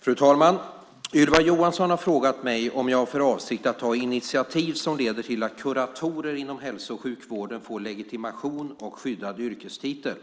Fru talman! Ylva Johansson har frågat mig om jag har för avsikt att ta initiativ som leder till att kuratorer inom hälso och sjukvården får legitimation och skyddad yrkestitel.